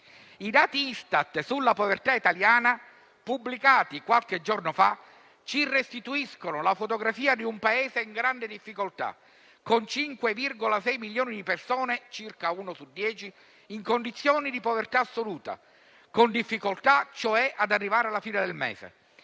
I dati Istat sulla povertà italiana, pubblicati qualche giorno fa, ci restituiscono la fotografia di un Paese in grande difficoltà, con 5,6 milioni di persone (circa una su 10) in condizioni di povertà assoluta, cioè con difficoltà ad arrivare alla fine del mese,